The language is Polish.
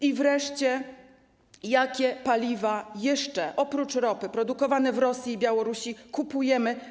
I wreszcie jakie paliwa jeszcze, oprócz ropy, produkowane w Rosji i na Białorusi kupujemy?